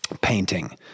painting